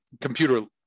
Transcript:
computer